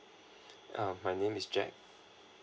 uh my name is jack